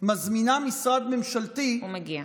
מזמינה משרד ממשלתי, הוא מגיע.